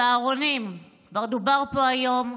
צהרונים, כבר דובר פה היום.